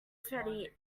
sweaty